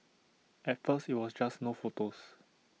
at first IT was just no photos